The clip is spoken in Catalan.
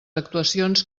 actuacions